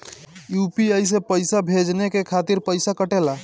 UPI से पइसा भेजने के खातिर पईसा कटेला?